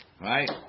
Right